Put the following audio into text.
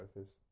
surface